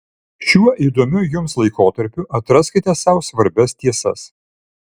šiuo įdomiu jums laikotarpiu atraskite sau svarbias tiesas